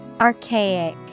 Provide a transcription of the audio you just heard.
Archaic